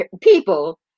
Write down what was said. people